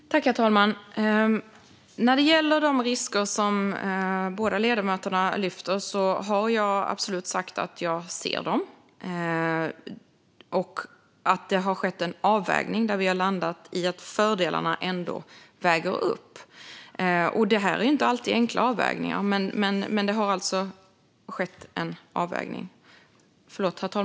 Herr ålderspresident! När det gäller de risker som båda ledamöterna har lyft fram har jag absolut sagt att jag ser dem och att det har skett en avvägning där vi har landat i att fördelarna ändå väger upp. Det här är inte alltid enkla avvägningar, men det har alltså skett en avvägning.